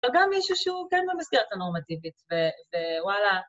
וגם מישהו שהוא כן במסגרת הנורמטיבית ווואלה...